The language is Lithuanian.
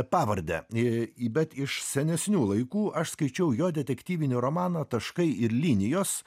pavardę bet iš senesnių laikų aš skaičiau jo detektyvinį romaną taškai ir linijos